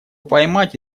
поймать